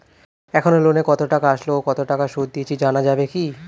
এখনো লোনের কত টাকা আসল ও কত টাকা সুদ দিয়েছি জানা যাবে কি?